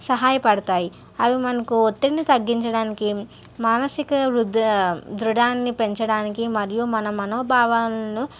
సహాయపడతాయి అవి మనకు ఒత్తిడిని తగ్గించడానికి మానసిక వృద్ధ ధృడాన్ని పెంచడానికి మరియు మన మనోభావాలను